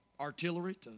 artillery